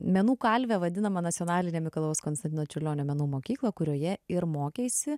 menų kalvę vadinamą nacionalinę mikalojaus konstantino čiurlionio menų mokyklą kurioje ir mokeisi